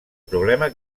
problema